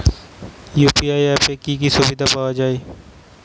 UPI অ্যাপে কি কি সুবিধা পাওয়া যাবে?